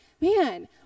man